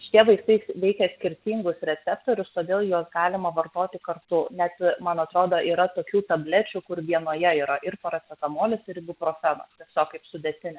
šie vaistai veikia skirtingus receptorius todėl juos galima vartoti kartu nes man atrodo yra tokių tablečių kur vienoje yra ir paracetamolis ir ibuprofenas tiesiog kaip sudėtinė